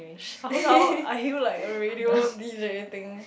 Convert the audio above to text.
shout out are you like a radio D_J thing